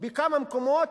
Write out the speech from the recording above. בכמה מקומות.